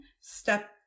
step